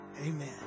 amen